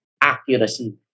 accuracy